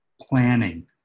planning